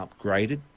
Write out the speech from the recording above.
upgraded